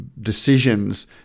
decisions